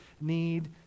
need